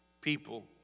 people